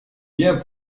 bien